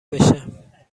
بشه